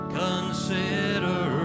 consider